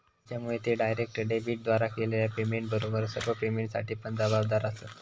त्येच्यामुळे ते डायरेक्ट डेबिटद्वारे केलेल्या पेमेंटबरोबर सर्व पेमेंटसाठी पण जबाबदार आसंत